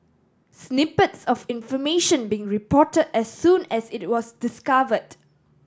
snippets of information being report as soon as it was discovered